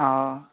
അ ആ